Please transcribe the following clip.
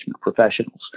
Professionals